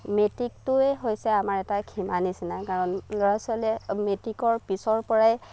মেট্ৰিকটোৱে হৈছে আমাৰ এটা সীমা নিচিনা কাৰণ ল'ৰা ছোৱালীয়ে মেট্ৰিকৰ পিছৰ পৰাই